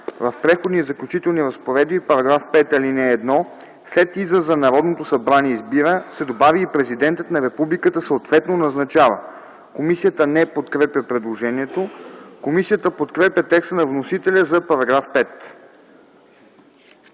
В „Преходни и заключителни разпоредби”, § 5, ал. 1, след израза „Народното събрание избира” се добавя „и президентът на Републиката съответно назначава”. Комисията не подкрепя предложението. Комисията подкрепя текста на вносителя за § 5.